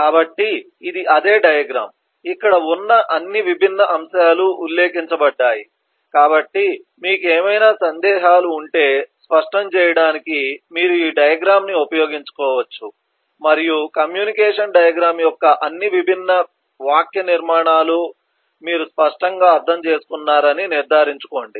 కాబట్టి ఇది అదే డయాగ్రమ్ ఇక్కడ ఉన్న అన్ని విభిన్న అంశాలు ఉల్లేఖించబడ్డాయి కాబట్టి మీకు ఏమైనా సందేహాలు ఉంటే స్పష్టం చేయడానికి మీరు ఈ డయాగ్రమ్ న్ని ఉపయోగించవచ్చు మరియు కమ్యూనికేషన్ డయాగ్రమ్ యొక్క అన్ని విభిన్న వాక్యనిర్మాణాలను మీరు స్పష్టంగా అర్థం చేసుకున్నారని నిర్ధారించుకోండి